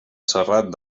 serrat